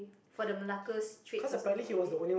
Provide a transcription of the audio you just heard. for the Malacca-straits or something like that is it